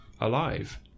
alive